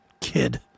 kid